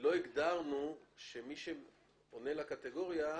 לא הגדרנו שמי שעונה לקטגוריה,